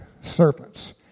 serpents